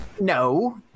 No